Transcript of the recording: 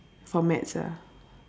for maths ah